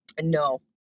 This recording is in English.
No